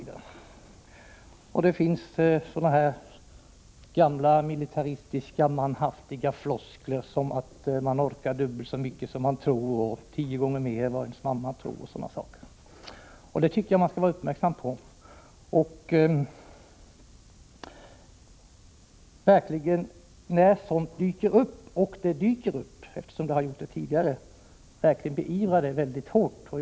Det finns gamla militaristiskt manhaftiga floskler såsom att man orkar dubbelt så mycket som man själv tror, tio gånger mer än ens mamma tror osv. Jag tycker att vi skall vara uppmärksamma på sådana tendenser och beivra dem mycket hårt när de dyker upp.